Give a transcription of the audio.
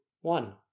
one